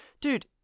dude